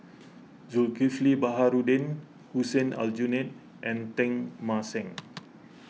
Zulkifli Baharudin Hussein Aljunied and Teng Mah Seng